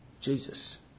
Jesus